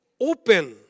open